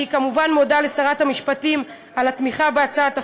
אני כמובן מודה לשרת המשפטים על התמיכה בהצעת החוק,